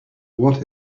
what